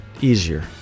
easier